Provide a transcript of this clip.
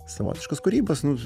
savotiškos kūrybos nu